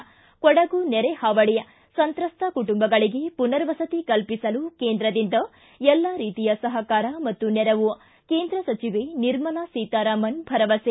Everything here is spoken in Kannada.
ಿ ಕೊಡಗು ನೆರೆಹಾವಳಿ ಸಂತ್ರಸ್ತ ಕುಟುಂಬಗಳಿಗೆ ಪುನರ್ವಸತಿ ಕಲ್ಪಿಸಲು ಕೇಂದ್ರದಿಂದ ಎಲ್ಲಾ ರೀತಿಯ ಸಹಕಾರ ಮತ್ತು ನೆರವು ಕೇಂದ್ರ ಸಚಿವೆ ನಿರ್ಮಲಾ ಸೀತಾರಾಮನ್ ಭರವಸೆ